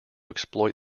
exploit